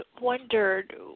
wondered